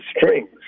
strings